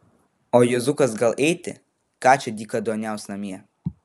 o juozukas gal eiti ką čia dykaduoniaus namie